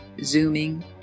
zooming